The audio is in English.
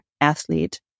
athlete